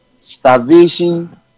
starvation